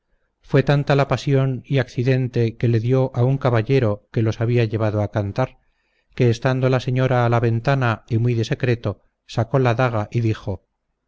fue tanta la pasión y accidente que le dio a un caballero que los había llevado a cantar que estando la señora a la ventana y muy de secreto sacó la daga y dijo